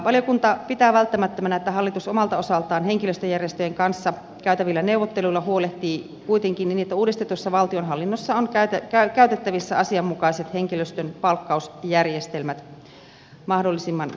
valiokunta pitää välttämättömänä että hallitus omalta osaltaan henkilöstöjärjestöjen kanssa käytävillä neuvotteluilla huolehtii kuitenkin niin että uudistetussa valtionhallinnossa on käytettävissä asianmukaiset henkilöstönpalkkausjärjestelmät mah dollisimman pian